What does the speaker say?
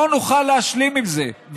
לא נוכל להשלים עם זה,